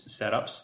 setups